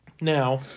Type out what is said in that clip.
Now